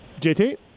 JT